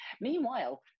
Meanwhile